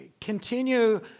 continue